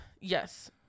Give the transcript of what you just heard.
Yes